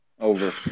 Over